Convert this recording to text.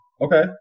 Okay